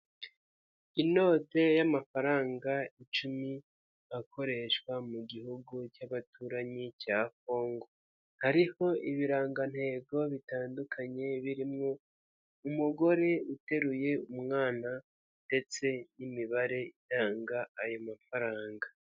Inote y'amafaranga icumi, akoreshwa mu gihugu cy'abaturanyi cya Kongo, hariho ibirangantego bitandukanye birimo umugore uteruye umwana ndetse n'imibare iranga ayo mafaranga.